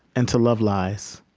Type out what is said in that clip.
and to love lies.